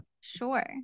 Sure